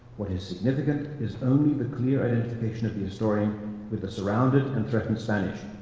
what is significant is only the clear identification of the historian with the surrounded and threatened spanish.